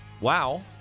Wow